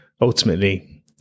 ultimately